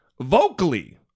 vocally